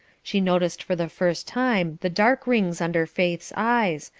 she noticed for the first time the dark rings under faith's eyes,